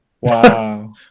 Wow